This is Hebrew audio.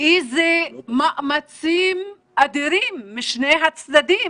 איזה מאמצים אדירים משני הצדדים,